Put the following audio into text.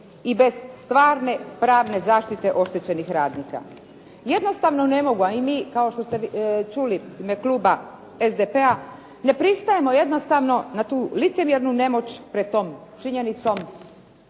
i bez stvarne pravne zaštite oštećenih radnika. Jednostavno ne mogu, a i mi kao što ste čuli, u ime kluba SDP-a ne pristajemo jednostavno na tu licemjernu nemoć pred tom činjenicom